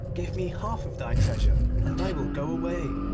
give me half of thy treasure, and i will go away.